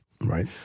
Right